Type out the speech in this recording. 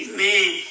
Amen